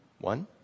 One